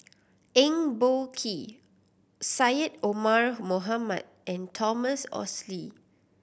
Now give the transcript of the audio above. Eng Boh Kee Syed Omar Mohamed and Thomas Oxley